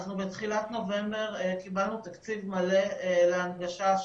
בתחילת נובמבר קיבלנו תקציב מלא להנגשה,